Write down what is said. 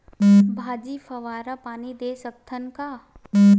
भाजी फवारा पानी दे सकथन का?